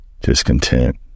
discontent